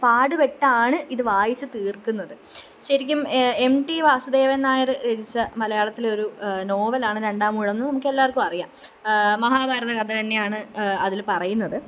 പാടുപെട്ടാണ് ഇത് വായിച്ച് തീർക്കുന്നത് ശെരിക്കും എം ടി വാസുദേവന് നായര് രചിച്ച മലയാളത്തിലെ ഒരു നോവലാണ് രണ്ടാമൂഴമെന്ന് നമുക്കെല്ലാര്ക്കുമറിയാം മഹാഭാരത കഥ തന്നെയാണ് അതില് പറയുന്നത്